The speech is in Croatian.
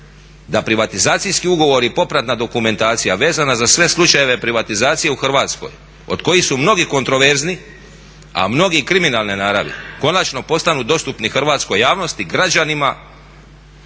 da privatizacijski ugovori i popratna dokumentacija vezana za sve slučajeve privatizacije u Hrvatskoj od kojih su mnogi kontraverzni, a mnogi kriminalne naravi konačno postanu dostupni hrvatskoj javnosti, građanima